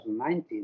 2019